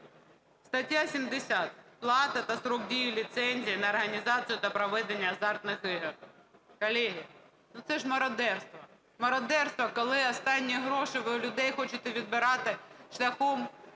стаття 70 "Плата та строк дії ліцензій на організацію та проведення азартних ігор". Колеги, ну, це мародерство, мародерство, коли останні гроші ви в людей хочете відбирати шляхом